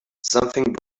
something